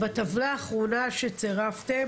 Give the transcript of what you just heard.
בטבלה האחרונה שצירפתם,